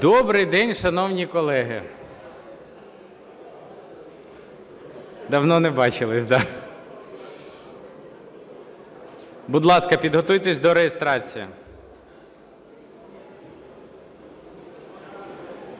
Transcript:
Добрий день, шановні колеги! Давно не бачились, да. Будь ласка, підготуйтесь до реєстрації.